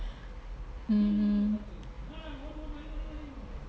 mmhmm